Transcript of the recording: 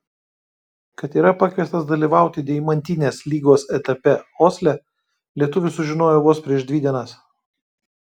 kad yra pakviestas dalyvauti deimantinės lygos etape osle lietuvis sužinojo vos prieš dvi dienas